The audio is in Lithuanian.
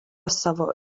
savo